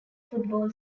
football